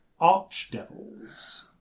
Archdevils